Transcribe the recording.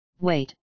wait